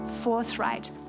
forthright